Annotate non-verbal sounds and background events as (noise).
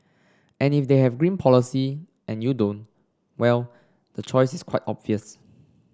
and if they have green policy and you don't well the choice is (unintelligible) quite obvious